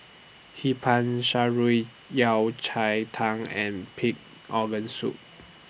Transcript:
Hee Pan Shan Rui Yao Cai Tang and Pig Organ Soup